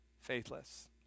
faithless